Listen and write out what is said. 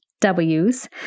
W's